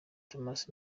thomas